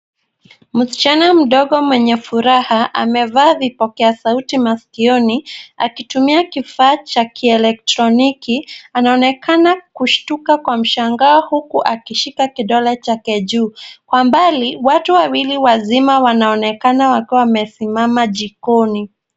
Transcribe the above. Msichana mdogo mwenye furaha, amevaa vipokea sauti masikioni akitumia kifaa cha kielektroniki. Anaonekana kushtuka kwa mashangao huku akishika kidole chake juu. Kwa mbali watu wawili wazima wanaonekana wakiwa wamesimama jikoni.